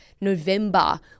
November